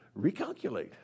recalculate